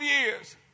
years